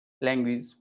language